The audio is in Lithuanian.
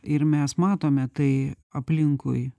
ir mes matome tai aplinkui